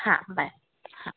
हां बाय हां